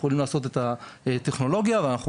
אנחנו יכולים לעשות את הטכנולוגיה ואנחנו